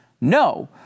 No